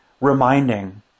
reminding